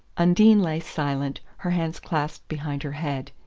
undine lay silent, her hands clasped behind her head.